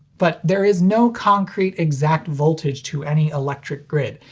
but there is no concrete exact voltage to any electric grid.